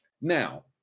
now